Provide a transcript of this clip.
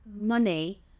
money